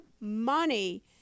money